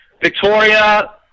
Victoria